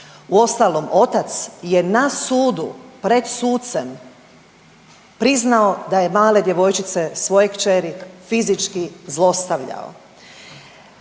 Uostalom, otac je na sudu, pred sucem priznao da je male djevojčice, svoje kćeri fizički zlostavljao.